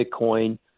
Bitcoin